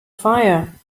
fire